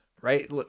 right